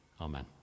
Amen